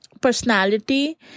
personality